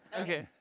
Okay